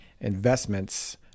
investments